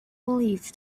believed